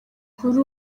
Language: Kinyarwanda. kuri